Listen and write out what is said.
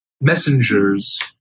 messengers